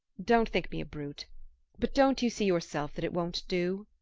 don't think me a brute but don't you see yourself that it won't do?